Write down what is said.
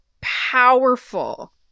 powerful